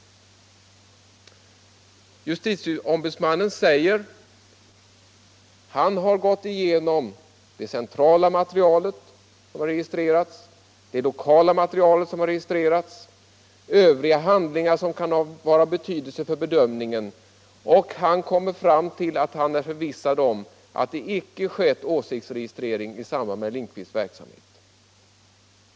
Justitieombudsmannen säger att han har gått igenom det centrala och det lokala material som har registrerats och övriga handlingar som kan vara av betydelse för bedömningen. Han kommer fram till att han är förvissad om att det icke skett åsiktsregistrering i samband med Lindqvists verksamhet.